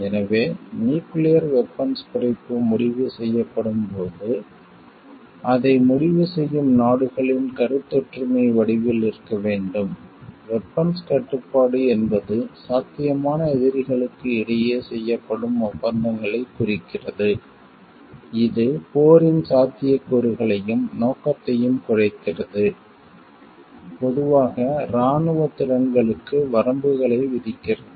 எனவே nuclear weapons குறைப்பு முடிவு செய்யப்படும் போது அதை முடிவு செய்யும் நாடுகளின் கருத்தொற்றுமை வடிவில் இருக்க வேண்டும் வெபன்ஸ் கட்டுப்பாடு என்பது சாத்தியமான எதிரிகளுக்கு இடையே செய்யப்படும் ஒப்பந்தங்களைக் குறிக்கிறது இது போரின் சாத்தியக்கூறுகளையும் நோக்கத்தையும் குறைக்கிறது பொதுவாக இராணுவ திறன்களுக்கு வரம்புகளை விதிக்கிறது